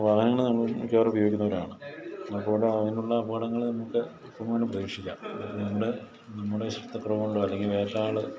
വാഹനങ്ങൾ നമ്മൾ മിക്കാറും ഉപയോഗിക്കുന്നവരാണ് അപ്പോൾ ഒരാളിനുള്ള അപകടങ്ങൾ നമുക്ക് എപ്പോൾ വേണമെങ്കിലും പ്രതീക്ഷിക്കാം നമ്മുടെ നമ്മുടെ ഇഷ്ടപ്രകാരം അല്ലെങ്കിൽ വേറൊരാൾ